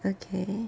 okay